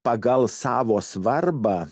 pagal savo svarbą